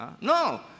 No